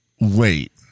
Wait